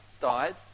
Died